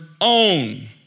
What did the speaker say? own